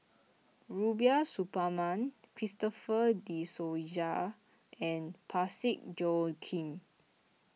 Rubiah Suparman Christopher De Souza and Parsick Joaquim